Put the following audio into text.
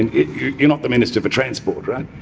and you're you're not the minister for transport, right?